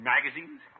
Magazines